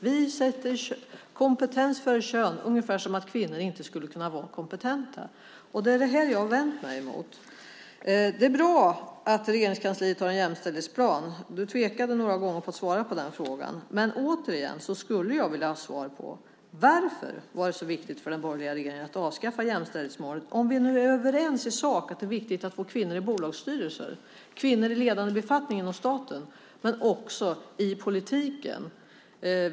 Vi sätter kompetens före kön, säger man - ungefär som om kvinnor inte skulle kunna vara kompetenta! Det är detta jag har vänt mig emot. Det är bra att Regeringskansliet har en jämställdhetsplan. Du tvekade några gånger med att svara på den frågan. Men återigen skulle jag vilja ha svar på varför det var så viktigt för den borgerliga regeringen att avskaffa jämställdhetsmålet om vi nu är överens i sak om att det är viktigt att få kvinnor i bolagsstyrelser och kvinnor i ledande befattningar inom staten men också i politiken.